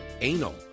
anal